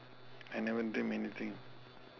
I never dream anything